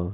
err